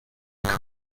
cried